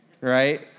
right